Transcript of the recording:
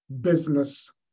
business